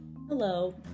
Hello